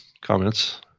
comments